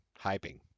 hyping